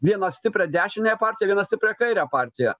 vieną stiprią dešiniąją partiją vieną stiprią kairę partiją